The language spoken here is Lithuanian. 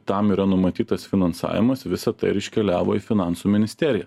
tam yra numatytas finansavimas visa tai ir iškeliavo į finansų ministeriją